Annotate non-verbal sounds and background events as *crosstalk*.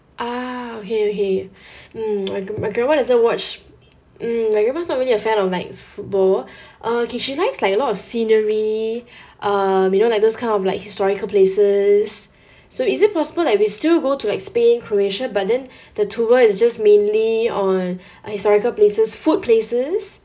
ah okay okay *breath* mm *noise* my my grandma doesn't watch mm my grandma's not really a fan of like its football *breath* okay she likes like a lot of scenery *breath* um you know like those kind of like historical places *breath* so is it possible that we still go to like spain croatia but then *breath* the tour is just mainly on *breath* historical places food places